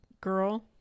girl